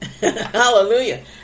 Hallelujah